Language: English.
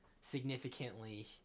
significantly